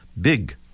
big